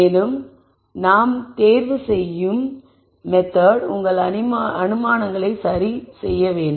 மேலும் நாம் தேர்வு செய்யும் மெத்தெட் உங்கள் அனுமானங்களை சரி செய்ய வேண்டும்